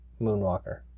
Moonwalker